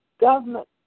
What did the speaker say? Government